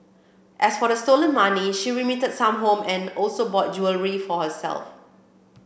as for the stolen money she remitted some home and also bought jewellery for herself